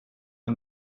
que